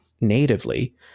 natively